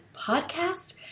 Podcast